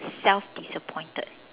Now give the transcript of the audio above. self disappointed